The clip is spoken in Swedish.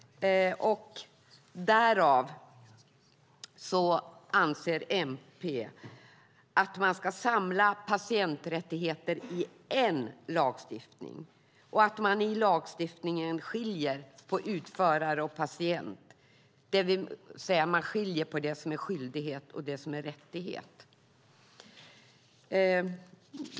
Därför anser MP att man ska samla patienträttigheter i en lagstiftning och att man i lagstiftningen ska skilja på utförare och patient, det vill säga att man skiljer mellan det som är skyldighet och det som är rättighet.